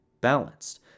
balanced